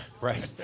right